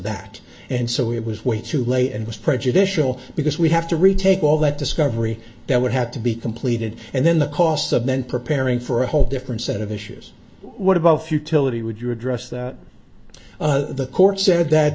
that and so it was way too late and was prejudicial because we have to retake all that discovery that would have to be completed and then the cost of then preparing for a whole different set of issues what about futility would you address that the court said that